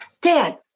dad